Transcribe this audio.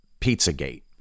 Pizzagate